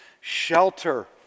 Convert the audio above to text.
shelter